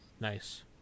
Nice